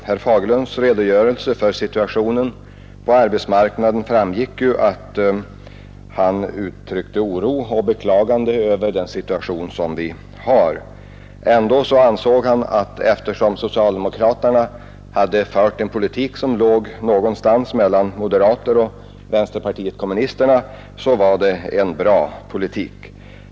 Herr talman! I sin redogörelse för situationen på arbetsmarknaden uttryckte herr Fagerlund oro och beklagande över de rådande förhållandena. Ändå sade han att eftersom socialdemokraterna hade fört en politik som låg någonstans mellan moderaterna och vänsterpartiet kommunisterna så var det en bra politik.